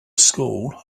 school